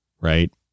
right